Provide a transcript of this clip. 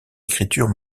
écriture